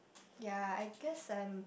ya I guess I'm